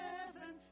Heaven